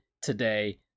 today